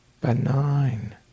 benign